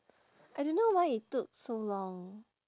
I don't know why it took so long